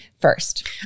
first